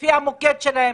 לפי המוקד שלהם,